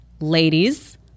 ladies